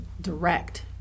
direct